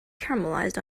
caramelized